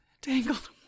Tangled